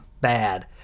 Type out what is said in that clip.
bad